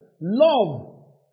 love